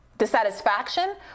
dissatisfaction